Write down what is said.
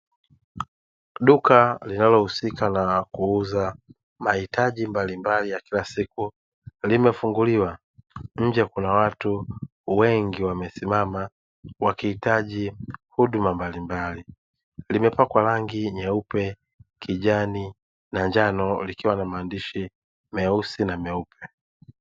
Duka linalohusika kuuza mahitaji mbalimbali ya kila siku limefunguliwa. Nje kuna watu wengi wamesimama wakihitaki huduma mbalimbali. Limepakwa rangi nyeupe, kijani na njano likiwa na maandishi meusi na meupe.